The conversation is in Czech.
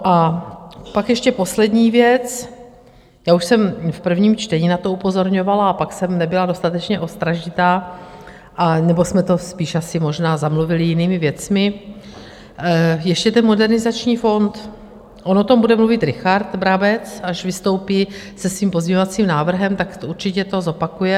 A pak ještě poslední věc už jsem v prvním čtení na to upozorňovala a pak jsem nebyla dostatečně ostražitá, anebo jsme to spíš asi možná zamluvili jinými věcmi ještě ten Modernizační fond, on o tom bude mluvit Richard Brabec, až vystoupí se svým pozměňovacím návrhem, určitě to zopakuje.